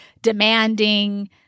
demanding